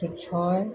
একশো ছয়